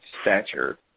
stature